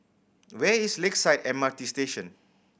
where is Lakeside M R T Station